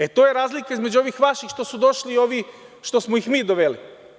E, to je razlika između ovih vaših što su došli i ovih što smo ih mi doveli.